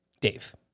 Dave